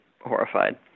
horrified